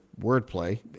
wordplay